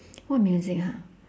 what music ha